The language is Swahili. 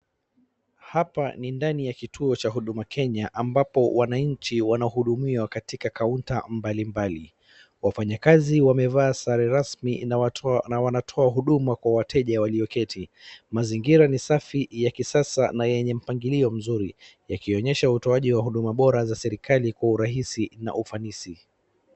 Hapa ni ndani ya kituo cha Huduma Kenya ambapo wananchi wanahudumiwa katika kaunta mbalimbali. Wafanyakazi wamevaa sare rasmi na wanatoa huduma kwa wateja walioketi, Mazingira ni safi ya kisasa na yenye mpangilio mzuri. Yakionyesha utoajii wa huduma bora za serikali kwa urahisi na ufanisi.